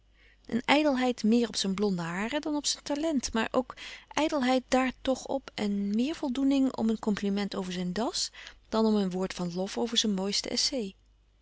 een ijdelheid meer op zijn blonde haren dan op zijn talent maar ook ijdelheid daar toch op en meer voldoening om een compliment over zijn das dan om een woord van lof over zijn mooiste essai